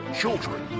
children